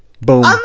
Boom